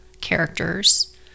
characters